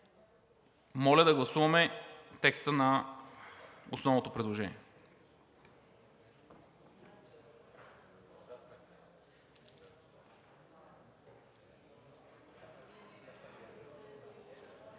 Моля да гласуваме текста на основното предложение.